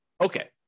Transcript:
Okay